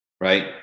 right